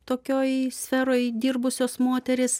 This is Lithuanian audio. tokioj sferoj dirbusios moterys